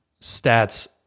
stats